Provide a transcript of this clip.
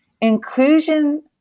Inclusion